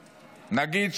נגיד,